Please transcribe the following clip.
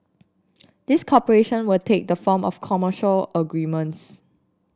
this cooperation will take the form of commercial agreements